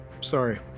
sorry